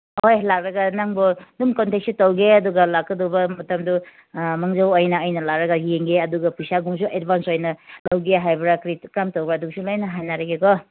ꯑꯩꯈꯣꯏ ꯂꯥꯛꯂꯒ ꯅꯪꯕꯨ ꯑꯗꯨꯝ ꯀꯟꯇꯦꯛꯁꯨ ꯇꯧꯒ ꯑꯗꯨꯒ ꯂꯥꯛꯀꯗꯧꯕ ꯃꯇꯝꯗꯨ ꯃꯥꯡꯖꯧ ꯑꯣꯏꯅ ꯑꯩꯅ ꯂꯥꯛꯂꯒ ꯌꯦꯡꯒꯦ ꯑꯗꯨꯒ ꯄꯩꯁꯥꯒꯨꯝꯕꯁꯨ ꯑꯦꯠꯚꯥꯟꯁ ꯑꯣꯏꯅ ꯂꯧꯒꯦ ꯍꯥꯏꯕ꯭ꯔꯥ ꯀꯔꯤ ꯀꯔꯝ ꯇꯧꯕ꯭ꯔꯥ ꯑꯗꯨꯒꯤꯁꯨ ꯂꯣꯏꯅ ꯍꯥꯏꯅꯔꯒꯦꯀꯣ